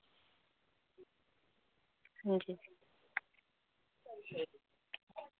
अंजी